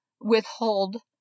withhold